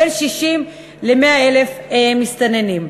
בין 60,000 ל-100,000 מסתננים.